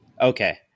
Okay